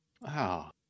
Wow